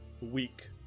week